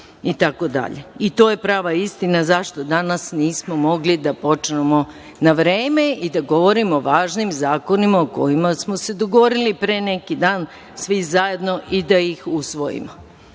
To je prava istina zašto danas nismo mogli da počnemo na vreme i da govorimo o važnim zakonima o kojima smo se dogovorili pre neki dan svi zajedno i da ih usvojimo. Znači,